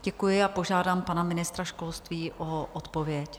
Děkuji a požádám pana ministra školství o odpověď.